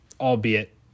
albeit